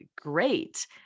great